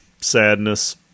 sadness